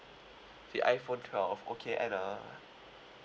the iphone twelve okay and uh